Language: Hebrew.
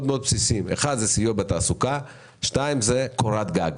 מאוד בסיסיים כמו סיוע בתעסוקה ובקורת גג.